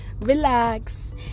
relax